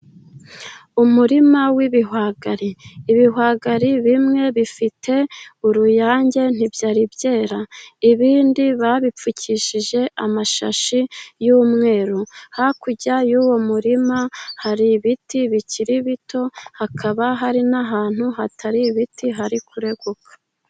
Umurima w'ibihwagari, ibihwagari bimwe bifite uruyange ntibyari byera, ibindi babipfukishije amashashi y'umweru, hakurya y'uwo murima hari ibiti bikiri bito, hakaba hari n'ahantu hatari ibiti hari kureguka.